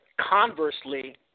Conversely